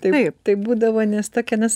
taip taip būdavo nes tokia nes